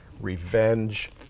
Revenge